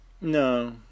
No